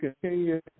continue